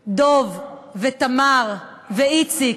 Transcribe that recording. דב, תמר, איציק,